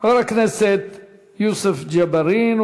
חבר הכנסת יוסף ג'בארין,